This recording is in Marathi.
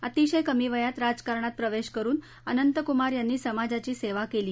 अतिशय कमी वयात राजकारणात प्रवेश करुन अनंतकुमार यांनी समाजाची सेवा केली